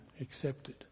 accepted